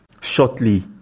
shortly